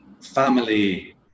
family